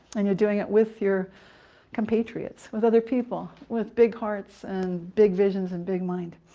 and you're doing it with your compatriots with other people, with big hearts, and big visions, and big mind.